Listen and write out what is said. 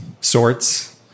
sorts